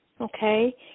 Okay